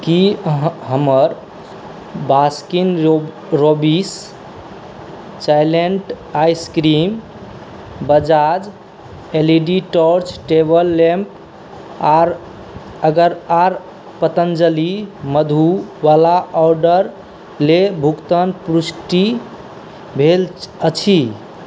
कि हमर Baskin Robbins चैलेन्ट ice cream Bajaj L E D torch table lamp आओर अगर आओर पतन्जलि मधुवला ऑडर लेल भुगतान पुष्टि भेल अछि